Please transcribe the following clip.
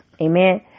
Amen